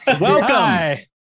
Welcome